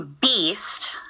beast